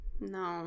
no